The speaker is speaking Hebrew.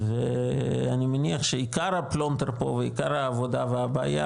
אני מניח שעיקר הפלונטר ועיקר העבודה והבעיה